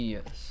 Yes